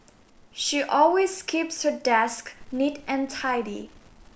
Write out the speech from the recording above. she always keeps her desk neat and tidy